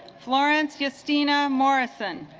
florence justyna morrison